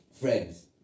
friends